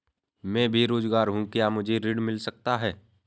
मैं बेरोजगार हूँ क्या मुझे ऋण मिल सकता है?